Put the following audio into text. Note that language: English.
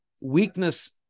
weakness